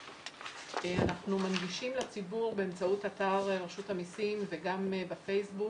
אנחנו מנגישים לציבור באמצעות אתר רשות המסים וגם בפייסבוק